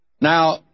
Now